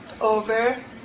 over